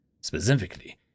Specifically